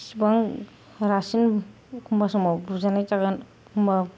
बिसिबां रासिन एखमब्ला समाव बुजानाय जागोन एखमब्ला